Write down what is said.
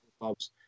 clubs